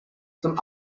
zum